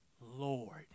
Lord